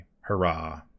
hurrah